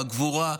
בגבורה,